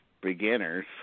Beginners